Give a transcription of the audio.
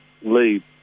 leave